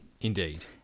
Indeed